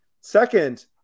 Second